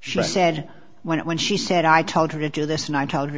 she said when when she said i told her to do this and i told her to